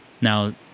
Now